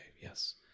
yes